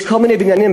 יש כל מיני בניינים,